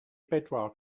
bedwar